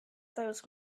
those